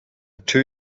two